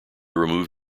remove